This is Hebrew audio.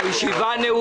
(תיקון), התש"ף-2019, נתקבלו.